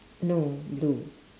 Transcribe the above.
no blue